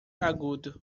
agudo